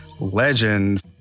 legend